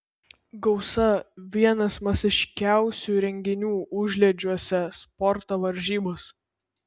gausa vienas masiškiausių renginių užliedžiuose sporto varžybos